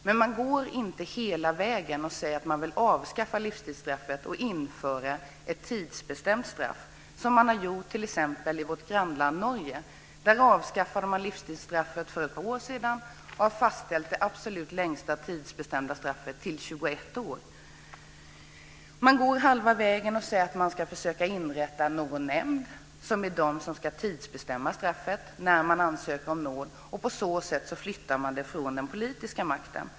Men man går inte hela vägen och föreslår ett avskaffande av livstidsstraffet till förmån för tidsbestämda straff, som man har gjort t.ex. i vårt grannland Norge. Där avskaffade man livstidsstraffet för ett par år sedan, och man har fastställt det längsta tidsbestämda straffet till 21 år. Man går halva vägen och säger att man ska försöka inrätta en nämnd som ska tidsbestämma straffet när någon ansöker om nåd. På så sätt flyttar man processen från den politiska makten.